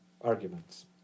arguments